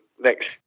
next